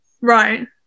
Right